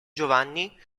giovanni